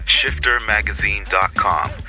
ShifterMagazine.com